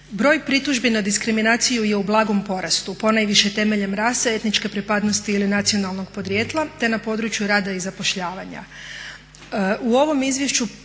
Broj pritužbi na diskriminaciju je u blagom porastu ponajviše temeljem rase, etničke pripadnosti ili nacionalnog podrijetla te na području rada i zapošljavanja.